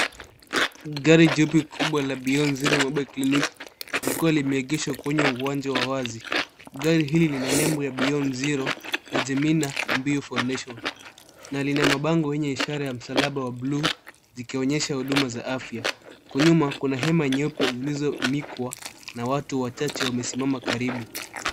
Gari jeupe kubwa la beyond zero mobile clinic likiwa limeegeshwa kwenye uwanja wa wazi. Gari hili lina nembo ya beyond zero na Gemina Mbiu foundation na lina mabango yenye ishara ya msalaba wa buluu zikionyesha huduma za afya. Kwa nyuma kuna hema nyeupe zilizonikwa na watu wachache wamesimama karibu.